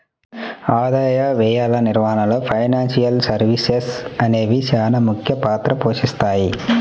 ఆదాయ వ్యయాల నిర్వహణలో ఫైనాన్షియల్ సర్వీసెస్ అనేవి చానా ముఖ్య పాత్ర పోషిత్తాయి